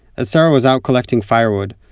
as sarah was out collecting firewood,